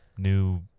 new